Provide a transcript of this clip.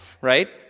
right